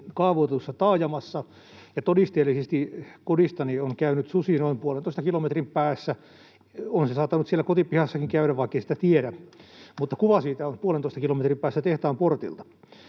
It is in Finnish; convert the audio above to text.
kaavoitetussa taajamassa, ja todisteellisesti kodistani on käynyt susi noin puolentoista kilometrin päässä. On se saattanut siellä kotipihassanikin käydä, vaikkei sitä tiedä, mutta kuva siitä on puolentoista kilometrin päästä tehtaan portilta.